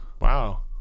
wow